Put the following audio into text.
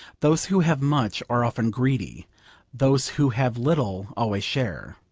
those who have much are often greedy those who have little always share.